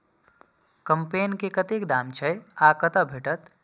कम्पेन के कतेक दाम छै आ कतय भेटत?